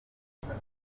uretse